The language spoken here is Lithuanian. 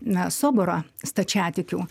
na soborą stačiatikių